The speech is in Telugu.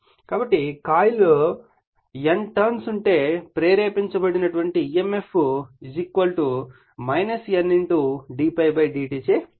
కాబట్టి కాయిల్లో N టర్న్స్ ఉంటే ప్రేరేపించబడిన emf E N d∅ dt చే ఇవ్వబడుతుంది